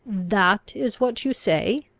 that is what you say?